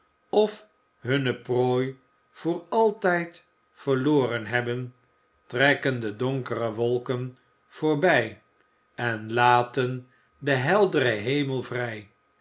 of hunne prooi voor altijd verloren hebben trekken de donkere wolken voorbij en laten den helderen hemel vrij